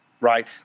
Right